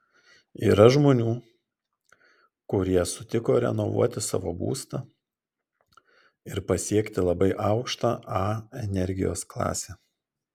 yra žmonių kurie sutiko renovuoti savo būstą ir pasiekti labai aukštą a energijos klasę